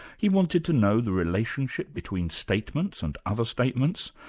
he wanted to know the relationship between statements and other statements,